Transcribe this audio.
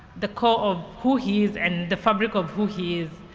the core of who he is and the fabric of who he is.